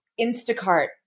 Instacart